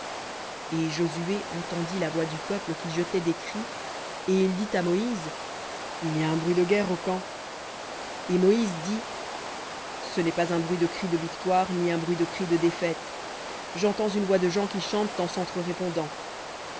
et josué entendit la voix du peuple qui jetait des cris et il dit à moïse il y a un bruit de guerre au camp et dit ce n'est pas un bruit de cris de victoire ni un bruit de cris de défaite j'entends une voix de gens qui chantent en